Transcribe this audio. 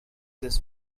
this